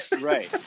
right